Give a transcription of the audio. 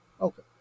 Okay